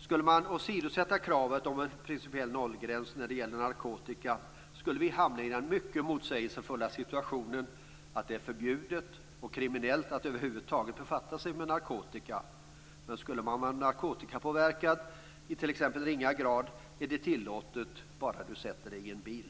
Skulle kravet om en principiell nollgräns åsidosättas när det gäller narkotika, skulle vi hamna i den mycket motsägelsefulla situationen att det är förbjudet och kriminellt att över huvud taget befatta sig med narkotika, men att det är tillåtet att i ringa grad vara narkotikapåverkad om du sätter dig i en bil.